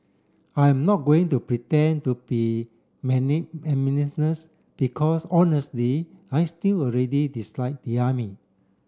I'm not going to pretend to be because honestly I still really dislike the army